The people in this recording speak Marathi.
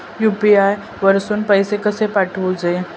यू.पी.आय वरसून पैसे कसे पाठवचे?